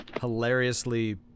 hilariously